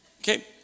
Okay